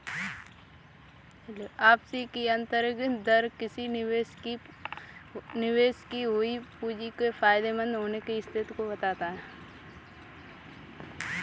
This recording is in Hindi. वापसी की आंतरिक दर किसी निवेश की हुई पूंजी के फायदेमंद होने की स्थिति को बताता है